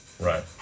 Right